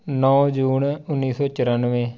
ਨੌ ਜੂਨ ਉੱਨੀ ਸੌ ਚਰੱਨਵੇ